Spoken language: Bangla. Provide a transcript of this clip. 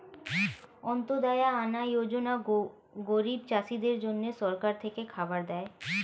অন্ত্যদায়া আনা যোজনা গরিব চাষীদের জন্য সরকার থেকে খাবার দেয়